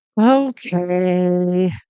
Okay